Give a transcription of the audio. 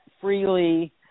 freely